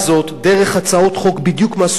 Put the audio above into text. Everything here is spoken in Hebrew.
דרך הצעות חוק בדיוק מהסוג הזה,